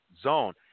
zone